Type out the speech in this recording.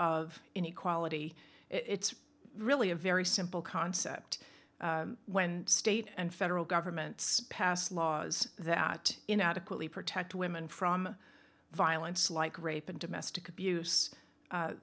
of inequality it's really a very simple concept when state and federal governments pass laws that in adequately protect women from violence like rape and domestic abuse